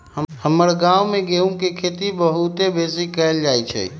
हमर गांव में गेहूम के खेती बहुते बेशी कएल जाइ छइ